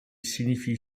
signifie